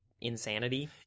insanity